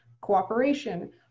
cooperation